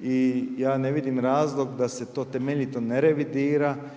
i ja ne vidim razlog da se to temeljito ne revidira